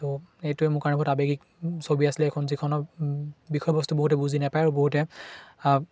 তো এইটোৱে মোৰ কাৰণে বহুত আবেগিক ছবি আছিলে এখন যিখনৰ বিষয়বস্তু বহুতে বুজি নেপায় আৰু বহুতে